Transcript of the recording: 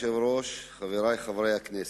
אדוני היושב-ראש, חברי חברי הכנסת,